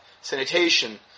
sanitation